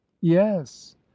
Yes